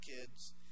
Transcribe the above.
kids